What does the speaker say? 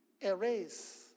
erase